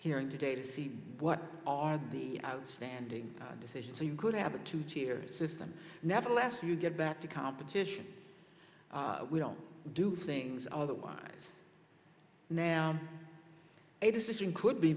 hearing today to see what are the outstanding decisions so you could have a two tier system nevertheless you get back to competition we don't do things otherwise now a decision could be